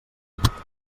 resposta